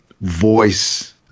voice